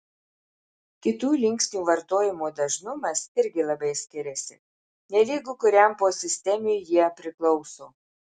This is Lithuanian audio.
kitų linksnių vartojimo dažnumas irgi labai skiriasi nelygu kuriam posistemiui jie priklauso